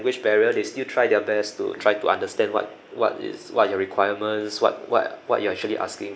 language barrier they still try their best to try to understand what what is what are your requirements what what what you're actually asking